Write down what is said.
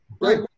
right